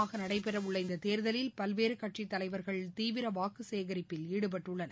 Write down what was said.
ஐந்துகட்டமாக நடைபெறவுள்ள இந்த தேர்தலில் பல்வேறு கட்சித்தலைவர்கள் தீவிர வாக்குச் சேகரிப்பில் ஈடுபட்டுள்ளனர்